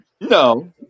No